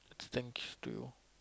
thanks to you